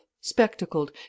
spectacled